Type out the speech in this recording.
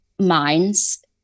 minds